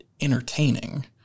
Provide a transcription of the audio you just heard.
entertaining